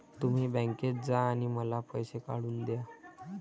तुम्ही बँकेत जा आणि मला पैसे काढून दया